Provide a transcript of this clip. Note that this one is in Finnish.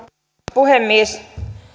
puhemies